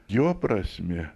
jo prasmė